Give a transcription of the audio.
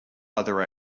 other